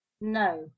No